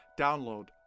Download